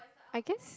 I guess